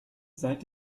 seit